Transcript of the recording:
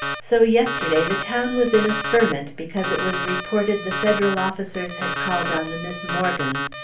so yesterday the town was in a ferment because it was reported the federal officers had called on the miss morgans,